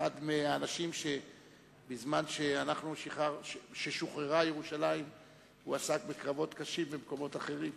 אחד מהאנשים שבזמן ששוחררה ירושלים עסק בקרבות קשים במקומות אחרים.